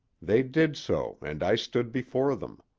they did so and i stood before them.